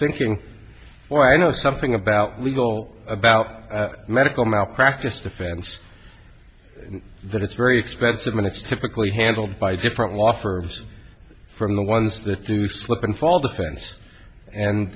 thinking well i know something about legal about medical malpractise defense that it's very expensive minutes typically handled by different lawford's from the ones that do slip and fall the fence and